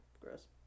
Gross